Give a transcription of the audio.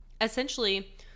essentially